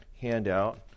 handout